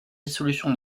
dissolution